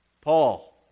Paul